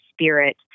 spirit